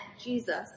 Jesus